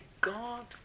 God